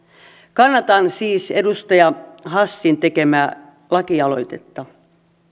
kannatan siis edustaja hassin tekemää lakialoitetta